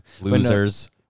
Losers